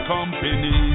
Company